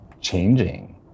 changing